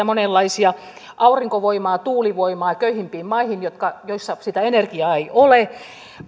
monenlaisia energiahankkeita aurinkovoimaa tuulivoimaa köyhimpiin maihin joissa sitä energiaa ei ole